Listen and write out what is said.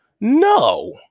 No